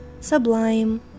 sublime